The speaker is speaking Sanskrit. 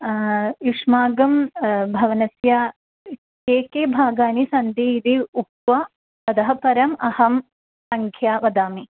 युष्माकं भवनस्य के के भागाः सन्ति इति उक्त्वा अतः परम् अहम् सङ्ख्यां वदामि